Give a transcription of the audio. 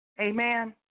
Amen